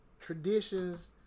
traditions